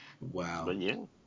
Wow